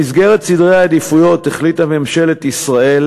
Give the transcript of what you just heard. במסגרת סדרי העדיפויות החליטה ממשלת ישראל